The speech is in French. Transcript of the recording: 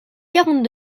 quarante